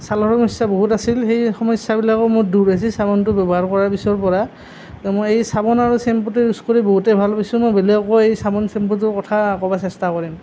চালৰ সমস্যা বহুত আছিল সেই সমস্যাবিলাকো মোৰ দূৰ হৈছে চাবোনটো ব্যৱহাৰ কৰাৰ পিছৰ পৰা মই এই চাবোন আৰু চেম্পুটো ইউজ কৰি বহুতেই ভাল পাইছোঁ মই বেলেগকো এই চাবোন চেম্পুটোৰ কথা ক'ব চেষ্টা কৰিম